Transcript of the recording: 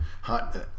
Hot